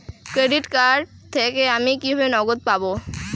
Credit card থেকে আমি কিভাবে নগদ পাব?